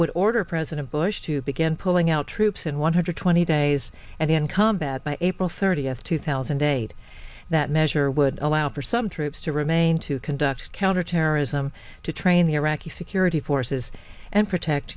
would order president bush to begin pulling out troops in one hundred twenty days and in combat by april thirtieth two thousand and eight that measure would allow for some troops to remain to conduct counterterrorism to train the iraqi security forces and protect